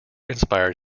inspired